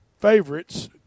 favorites